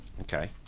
Okay